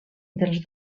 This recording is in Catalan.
dels